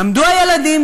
עמדו הילדים,